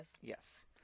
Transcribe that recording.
Yes